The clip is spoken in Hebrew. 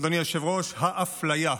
אדוני היושב-ראש, האפליה.